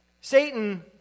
Satan